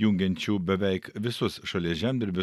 jungiančių beveik visus šalies žemdirbius